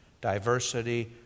diversity